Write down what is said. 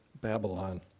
Babylon